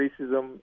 racism